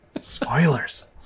Spoilers